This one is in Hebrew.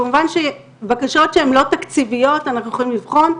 כמובן שבקשות שהן לא תקציביות אנחנו יכולים לבחון.